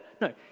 No